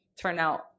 turnout